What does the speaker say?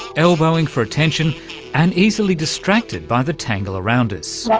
elbowing for attention and easily distracted by the tangle around us.